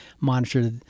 monitor